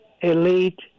elite